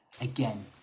again